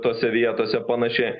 tose vietose panaši